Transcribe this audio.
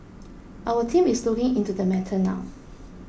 our team is looking into the matter now